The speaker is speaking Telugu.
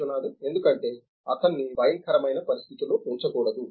విశ్వనాథన్ ఎందుకంటే అతన్ని భయంకరమైన పరిస్థితుల్లో ఉంచకూడదు